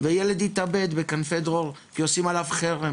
וילד התאבד בכנפי דרור כי עושים עליו חרם